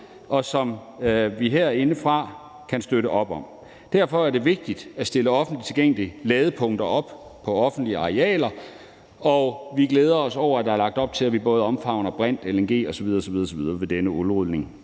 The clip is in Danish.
og som vi herindefra kan støtte op om. Derfor er det vigtigt at stille offentligt tilgængelige ladepunkter op på offentlige arealer, og vi glæder os over, at der er lagt op til, at vi både omfavner brint, LNG osv. osv. ved denne udrulning.